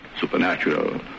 Supernatural